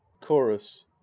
chorus